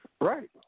Right